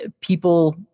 people